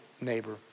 neighbor